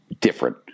different